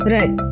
Right